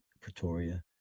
Pretoria